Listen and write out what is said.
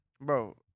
bro